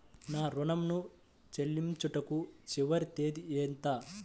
నా ఋణం ను చెల్లించుటకు చివరి తేదీ ఎంత?